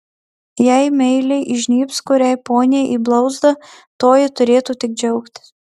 jei meiliai įžnybs kuriai poniai į blauzdą toji turėtų tik džiaugtis